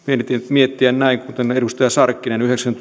miettiä näin kuten edustaja sarkkinen